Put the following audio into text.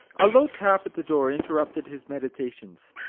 a low tap at the door interrupted his medi tations.